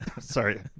Sorry